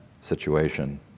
situation